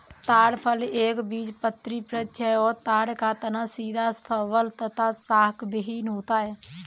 ताड़ फल एक बीजपत्री वृक्ष है और ताड़ का तना सीधा सबल तथा शाखाविहिन होता है